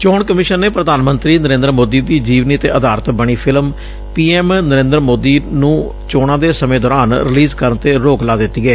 ਚੋਣ ਕਮਿਸ਼ਨ ਨੇ ਪ੍ਰਧਾਨ ਮੰਤਰੀ ਨਰੇਂਦਰ ਮੋਦੀ ਦੀ ਜੀਵਨੀ ਤੇ ਆਧਾਰਿਤ ਬਣੀ film P M Narendra Modi ਨੂੰ ਚੋਣਾਂ ਦੇ ਸਮੇਂ ਦੌਰਾਨ ਰਿਲੀਜ਼ ਕਰਨ ਤੇ ਰੋਕ ਲਾ ਦਿੱਤੀ ਏ